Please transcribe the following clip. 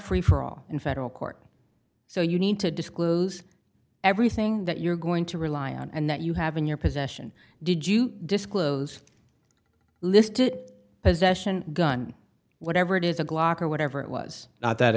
free for all in federal court so you need to disclose everything that you're going to rely on and that you have in your possession did you disclose listed possession gun whatever it is a glock or whatever it was